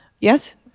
yes